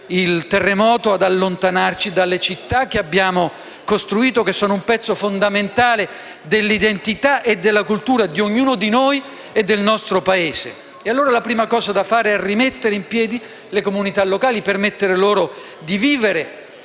il terremoto ad allontanarci dalle città che abbiamo costruito e che sono un pezzo fondamentale dell'identità e della cultura di ognuno di noi e del nostro Paese. La prima cosa da fare è rimettere in piedi le comunità locali e permettere loro di vivere.